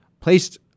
placed